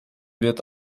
wird